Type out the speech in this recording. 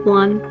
one